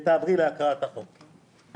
ותעברי להקראת הצעת החוק.